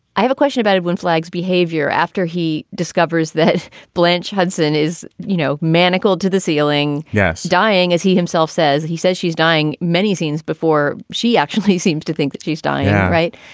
i have a question about it. flagg's behavior after he discovers that blanche hudson is, you know, manacled to the ceiling. yes. dying, as he himself says. he says she's dying. many scenes before she actually seems to think that she's dying. right.